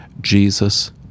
Jesus